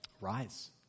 rise